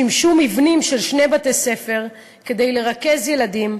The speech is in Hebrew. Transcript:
שימשו מבנים של שני בתי-ספר לרכז ילדים,